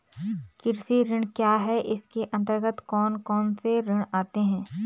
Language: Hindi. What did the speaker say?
कृषि ऋण क्या है इसके अन्तर्गत कौन कौनसे ऋण आते हैं?